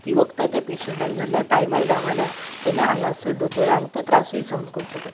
तीं वखदां त्या पेशंटाक जेन्ना टायमार गावना तेन्ना हांगासर दोतोरांक तो त्रासय सहन करचो पडटा